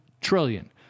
trillion